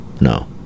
No